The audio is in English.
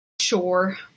Sure